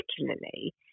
particularly